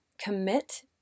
Commit